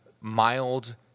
mild